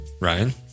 Ryan